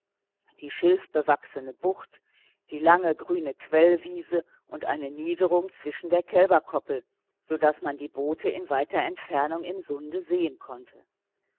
die schilfbewachsene bucht die lange grüne quellwiese und eine niederung zwischen der kälberkoppel so daß man die boote in weiter entfernung im sunde sehen konnte